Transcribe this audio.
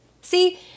See